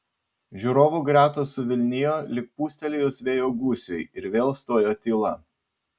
žiūrovų gretos suvilnijo lyg pūstelėjus vėjo gūsiui ir vėl stojo tyla